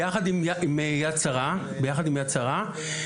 ביחד עם ׳יד שרה׳.